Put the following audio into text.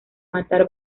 matar